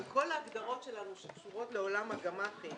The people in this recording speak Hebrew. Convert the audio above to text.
אבל כל ההגדרות שלנו שקשורות לעולם הגמ"חים